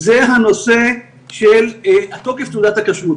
זה תוקף תעודת הכשרות.